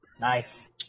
nice